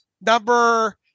number